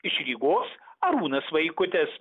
iš rygos arūnas vaikutis